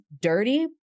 dirty